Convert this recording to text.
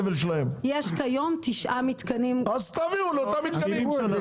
כיום תשעה מתקנים --- אז תעבירו לאותם מתקנים.